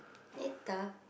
later